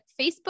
facebook